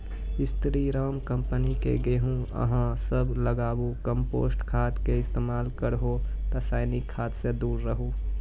स्री Ram company के गेहूँ अहाँ सब लगाबु कम्पोस्ट खाद के इस्तेमाल करहो रासायनिक खाद से दूर रहूँ?